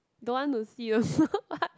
don't want to see also [what]